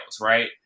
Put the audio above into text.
right